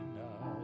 now